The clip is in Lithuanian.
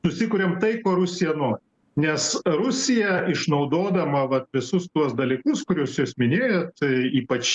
susikuriam tai ko rusija nori nes rusija išnaudodama vat visus tuos dalykus kuriuos jūs minėjot tai ypač